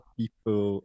people